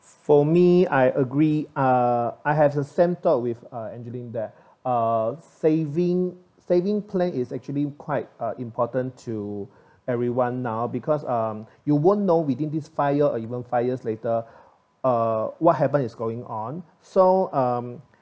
for me I agree uh I have a same thought with uh angeline that uh saving saving plan is actually quite important to everyone now because uh you won't know within this five or even five years later uh what happened is going on so um